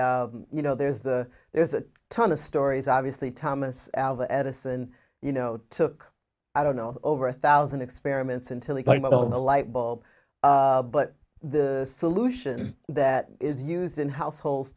agree you know there's there's a ton of stories obviously thomas alva edison you know took i don't know over a thousand experiments until he came out on the light bulb but the solution that is used in households